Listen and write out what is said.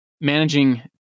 managing